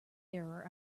error